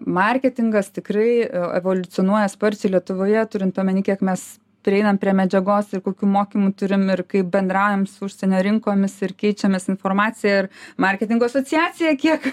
marketingas tikrai evoliucionuoja sparčiai lietuvoje turint omeny kiek mes prieiname prie medžiagos ir kokių mokymų turim ir kaip bendraujam su užsienio rinkomis ir keičiamės informacija ir marketingo asociacija kiek